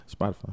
Spotify